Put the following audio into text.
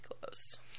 close